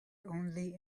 only